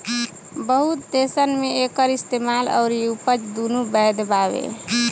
बहुत देसन मे एकर इस्तेमाल अउरी उपज दुनो बैध बावे